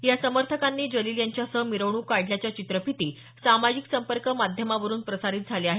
या समर्थकांनी जलील यांच्यासह मिरवणूक काढल्याच्या चित्रफिती सामाजिक संपर्क माध्यमावरून प्रसारित झाल्या आहेत